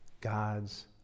God's